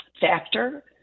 factor